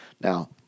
Now